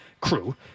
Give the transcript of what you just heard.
crew